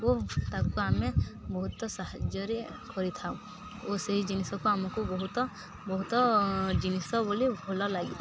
ଓ ତାକୁ ଆମେ ବହୁତ ସାହାଯ୍ୟରେ କରିଥାଉ ଓ ସେହି ଜିନିଷକୁ ଆମକୁ ବହୁତ ବହୁତ ଜିନିଷ ବୋଲି ଭଲ ଲାଗେ